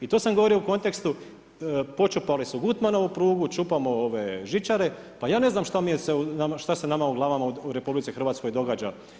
I to sam govorio u kontekstu počupali su Gutmanovu prugu, čupamo žičare, pa ja ne znam šta se nama u glavama u RH događa.